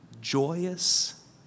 joyous